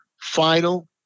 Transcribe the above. final